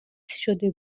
شده